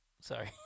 Sorry